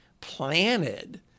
planted